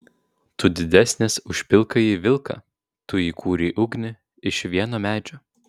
tu didesnis už pilkąjį vilką tu įkūrei ugnį iš vieno medžio